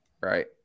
right